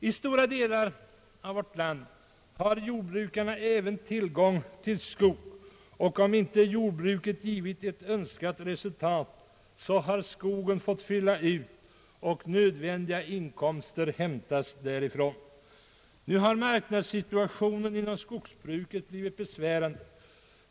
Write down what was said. I stora delar av vårt land har jordbrukarna även tillgång till skog, och om inte jordbruket givit önskat resultat har skogen fått fylla ut och nödvändiga inkomster hämtats därifrån. Nu har marknadssituationen inom skogsbruket blivit besvärande.